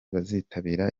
bazitabira